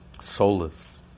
soulless